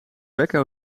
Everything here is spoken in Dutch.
wekken